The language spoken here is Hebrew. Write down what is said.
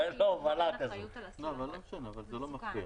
עד יום כ"ז בטבת התשפ"ב (31 בדצמבר